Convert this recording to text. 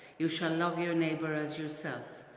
you shall love your neighbour as yourselves.